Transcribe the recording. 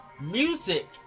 music